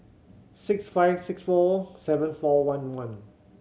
six five six four seven four one one